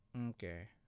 Okay